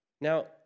Now